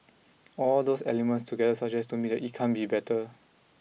all those elements together suggest to me that it can't be better